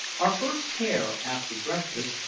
our first care, after breakfast,